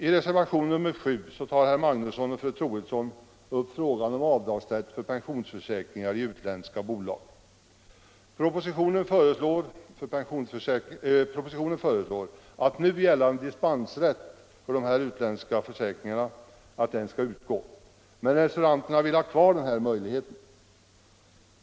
I reservationen 7 tar herr Magnusson i Borås och fru Troedsson upp frågan om avdragsrätt för pensionsförsäkringar i utländska bolag. Propositionen föreslår att nu gällande dispensrätt för de här utländska försäkringarna skall utgå, medan reservanterna vill ha kvar denna möjlighet.